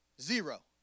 Zero